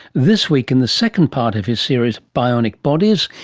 this week in the second part of his series, bionic bodies,